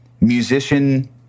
musician